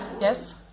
Yes